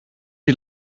die